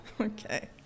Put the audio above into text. Okay